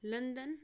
London